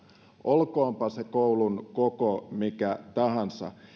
olkoonpa se koulun koko mikä tahansa